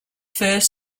first